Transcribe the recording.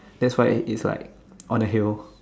that's why it's like on a hill